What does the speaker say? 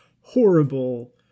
horrible